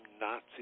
Nazi